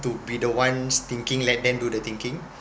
to be the ones thinking let them do the thinking